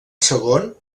segon